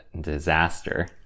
disaster